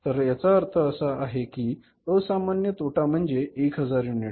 तर याचा अर्थ असा की असामान्य तोटा म्हणजे 1000 युनिट्स